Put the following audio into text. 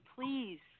please